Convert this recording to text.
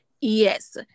Yes